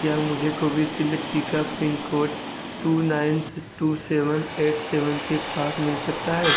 क्या मुझे कोविसील्ड टीका pin code two nine two seven eight seven के पास मिल सकता है